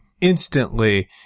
instantly